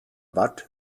watt